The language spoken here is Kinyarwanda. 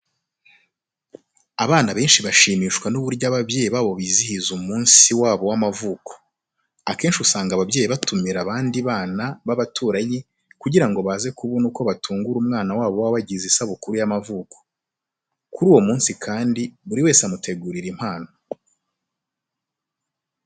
Abana benshi bashimishwa n'uburyo ababyeyi babo bizihiza umunsi wabo w'amavuko. Akenshi usanga ababyeyi batumira abandi bana b'abaturanyi kugira ngo baze kubona uko batungura umwana wabo uba wagize isabukuru y'amavuko. Kuri uwo munsi kandi buri wese amutegurira impano.